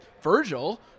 Virgil